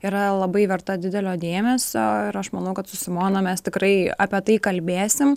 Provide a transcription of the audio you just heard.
yra labai verta didelio dėmesio ir aš manau kad su simona mes tikrai apie tai kalbėsim